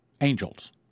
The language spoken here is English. angels